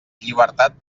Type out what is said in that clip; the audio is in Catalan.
llibertat